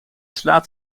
slaat